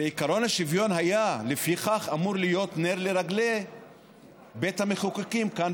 ועקרון השוויון היה לפיכך אמור להיות נר לרגלי בית המחוקקים כאן,